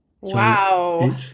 Wow